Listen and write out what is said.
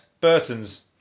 Burton's